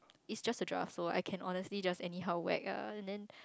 is just a draft so I can honestly just any how whack ah and then